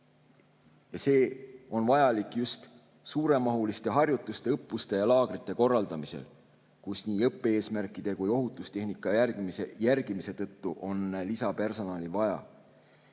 See on vajalik just suuremahuliste harjutuste, õppuste ja laagrite korraldamisel, kus nii õppe-eesmärkide kui ka ohutustehnika[nõuete] järgimise tõttu on vaja lisapersonali.